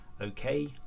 okay